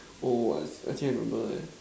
oh I see actually I remember eh